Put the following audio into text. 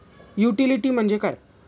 Utility म्हणजे काय?